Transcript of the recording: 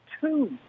two